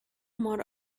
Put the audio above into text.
more